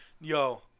Yo